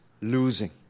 losing